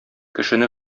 кешене